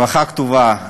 ברכה כתובה.